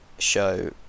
show